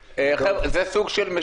זה לא מה שקורה.